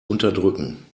unterdrücken